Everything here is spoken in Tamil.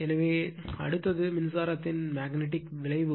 எனவே அடுத்தது மின்சாரத்தின் மேக்னட்டிக் விளைவுகள்